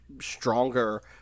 stronger